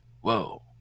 whoa